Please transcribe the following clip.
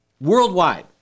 worldwide